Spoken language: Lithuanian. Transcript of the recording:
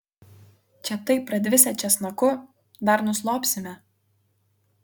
čia taip pradvisę česnaku dar nuslopsime